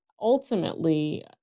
ultimately